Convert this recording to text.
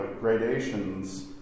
gradations